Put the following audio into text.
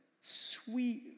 sweet